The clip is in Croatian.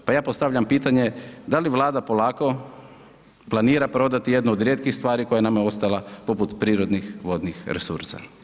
Pa ja postavljam pitanje da li Vlada polako planira prodati jednu od rijetkih stvari koja nam je ostala poput prirodnih vodnih resursa?